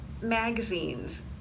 magazines